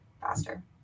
faster